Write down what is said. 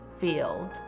field